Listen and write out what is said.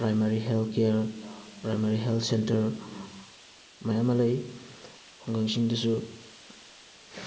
primary health care primary health centre ꯃꯌꯥꯝ ꯑꯃ ꯂꯩ ꯈꯨꯡꯒꯪꯁꯤꯡꯗꯁꯨ